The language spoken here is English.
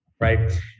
Right